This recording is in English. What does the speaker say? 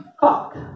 Fuck